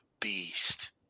beast